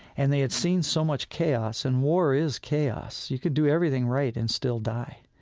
and they had seen so much chaos, and war is chaos. you could do everything right and still die.